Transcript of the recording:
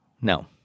No